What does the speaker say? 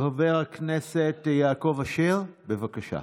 חבר הכנסת יעקב אשר, בבקשה.